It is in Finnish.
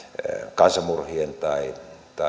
kansanmurhien tai